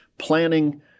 Planning